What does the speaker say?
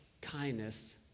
kindness